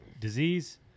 disease